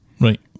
Right